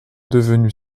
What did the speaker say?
devenu